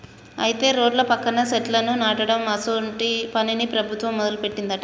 అయితే రోడ్ల పక్కన సెట్లను నాటడం అసోంటి పనిని ప్రభుత్వం మొదలుపెట్టిందట